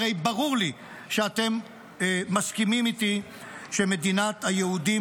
הרי ברור לי שאתם מסכימים איתי שמדינת היהודים